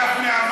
גפני אמר,